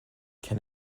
can